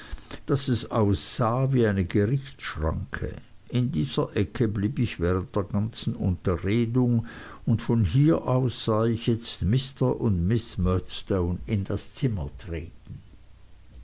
daß es aussah wie eine gerichtsschranke in dieser ecke blieb ich während der ganzen unterredung und von hier aus sah ich jetzt mr und miß murdstone in das zimmer treten